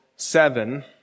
seven